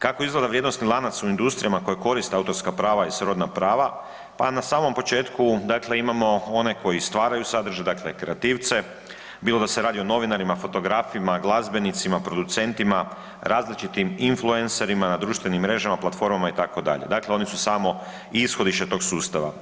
Kako izgleda vrijednosti lanac u industrijama koja koriste autorska prava i srodna prava, pa na samom početku imamo one koji stvaraju sadržaj, dakle kreativce bilo da se radi o novinarima, fotografima, glazbenicima, producentima različitim influenserima na društvenim mrežama, platformama itd., dakle oni su samo ishodište tog sustava.